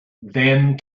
then